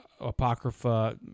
apocrypha